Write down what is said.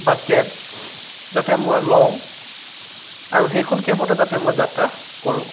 বা কেব যাতে মই লওঁ আৰু সেইখন কেবতে যাতে মই যাত্ৰা কৰোঁ